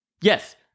Yes